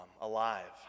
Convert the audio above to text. alive